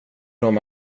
dem